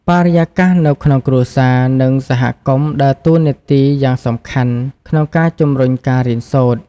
បរិយាកាសនៅក្នុងគ្រួសារ និងសហគមន៍ដើរតួនាទីយ៉ាងសំខាន់ក្នុងការជំរុញការរៀនសូត្រ។